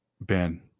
Ben